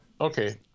Okay